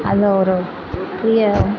அதில் ஒரு பெரிய